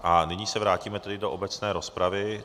A nyní se vrátíme do obecné rozpravy.